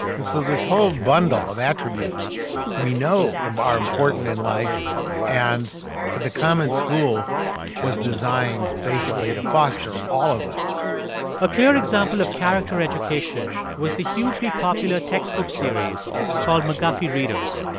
and so this whole bundle of attributes we know are important in life and the common school was designed basically to foster all of those a clear example of character education was the hugely popular textbook series called mcguffey readers.